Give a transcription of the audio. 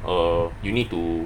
err you need to